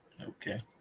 Okay